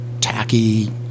tacky